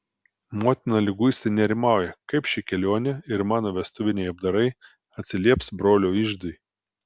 motina liguistai nerimauja kaip ši kelionė ir mano vestuviniai apdarai atsilieps brolio iždui